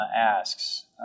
asks